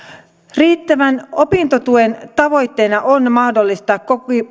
riittävän opintotuen tavoitteena on mahdollistaa